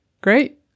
Great